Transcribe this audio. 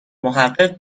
محقق